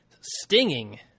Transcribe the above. stinging